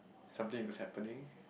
something is happening